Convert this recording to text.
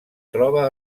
troba